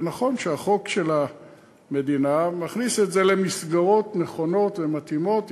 ונכון שהחוק של המדינה מכניס את זה למסגרות נכונות ומתאימות,